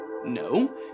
No